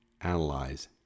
analyze